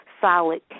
solid